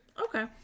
okay